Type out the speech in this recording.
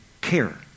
care